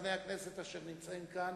לסדרני הכנסת, אשר נמצאים כאן